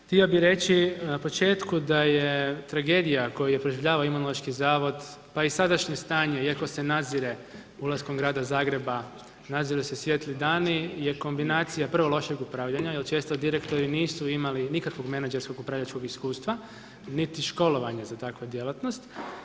Htio bih reći na početku da je tragedija koju je proživljavao Imunološki zavod, pa i sadašnje stanje iako se nazire ulaskom grada Zagreba, naziru se svijetli dani jer kombinacija prvo lošeg upravljanja jer često direktori nisu imali nikakvog menadžerskog upravljačkog iskustva, niti školovanje za takvu djelatnost.